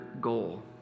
goal